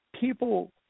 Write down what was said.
people –